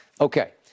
Okay